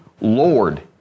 Lord